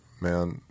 man